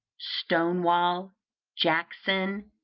stonewall jackson,